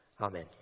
Amen